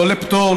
לא לפטור,